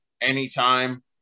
anytime